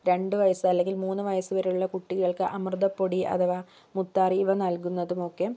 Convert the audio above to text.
രണ്ടു വയസ്സ് അല്ലെങ്കിൽ മൂന്ന് വയസ്സ് വരേയുള്ള കുട്ടികൾക്ക് അമൃത പൊടി അഥവാ മുത്താറി ഇവ നല്കുന്നതുമൊക്കെ